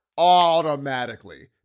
automatically